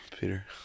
Peter